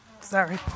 Sorry